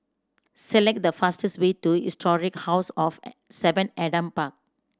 select the fastest way to Historic House of Seven Adam Park